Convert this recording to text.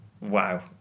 wow